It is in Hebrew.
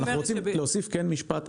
אנחנו רוצים כן להוסיף משפט.